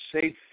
safe